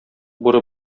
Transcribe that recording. бүре